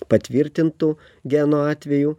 patvirtintų genų atveju